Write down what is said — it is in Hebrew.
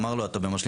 אמר לו אתה במשלים?